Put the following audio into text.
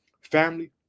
Family